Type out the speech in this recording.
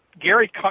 Gary